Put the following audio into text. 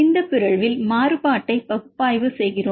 இந்த பிறழ்வில் மாறுபாட்டை பகுப்பாய்வு செய்கிறோம்